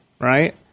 right